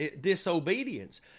disobedience